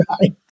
right